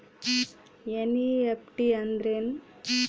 NEFT ಅಂದ್ರೆನು?